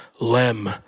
Lem